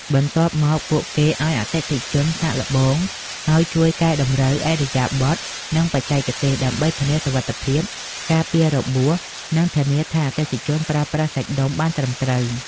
បន្ទាប់មក ពួកគេឱ្យអតិថិជនសាកល្បង ហើយជួយកែតម្រូវឥរិយាបថ និងបច្ចេកទេស ដើម្បីធានាសុវត្ថិភាព ការពាររបួស និងធានាថាអតិថិជនប្រើប្រាស់សាច់ដុំបានត្រឹមត្រូវ។